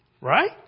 Right